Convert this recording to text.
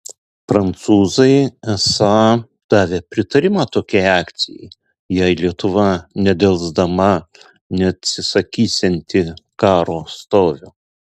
prancūzai esą davė pritarimą tokiai akcijai jei lietuva nedelsdama neatsisakysianti karo stovio